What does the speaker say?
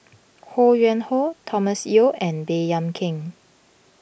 Ho Yuen Hoe Thomas Yeo and Baey Yam Keng